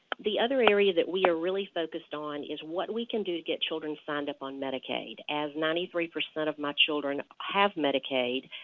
the other area that we are really focused on is what we can do to get children signed up on medicaid. as ninety three percent of my children have medicaid,